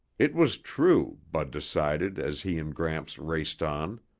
it was true, bud decided as he and gramps raced on.